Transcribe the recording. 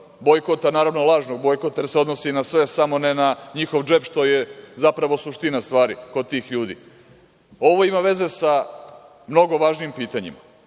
bojkota, naravno, lažnog bojkota, jer se odnosi na sve, samo ne na njihov džep, što je zapravo suština stvari kod tih ljudi. Ovo ima veze sa mnogo važnijim pitanjima.